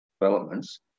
developments